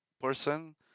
person